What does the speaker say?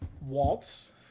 waltz